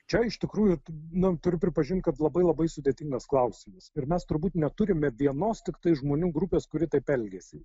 čia iš tikrųjų na turiu pripažint kad labai labai sudėtingas klausimas ir mes turbūt neturime vienos tiktai žmonių grupės kuri taip elgiasi